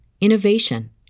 innovation